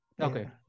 Okay